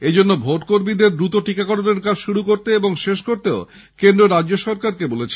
এজন্য ভোটকর্মীদের দ্রুত টীকাকরণের কাজ শুরু এবং শেষ করতে কেন্দ্র রাজ্য সরকারকে বলেছে